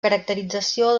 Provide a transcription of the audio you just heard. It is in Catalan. caracterització